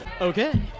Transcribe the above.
Okay